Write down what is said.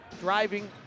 Driving